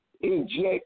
inject